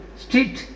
street